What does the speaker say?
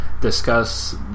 discuss